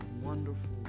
wonderful